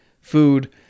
food